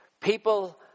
people